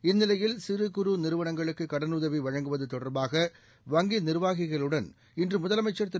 இந்நிலையில் சிறு குறு நிறுவனங்களுக்கு கடனுதவி வழங்குவது தொடர்பாக வங்கி நிர்வாகிகளுடன் இன்று முதலமைச்ச் திரு